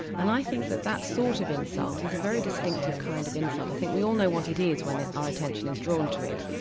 and i think that that sort of insult is a very distinctive kind of insult. i think we all know what it is when our attention is drawn to it,